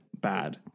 bad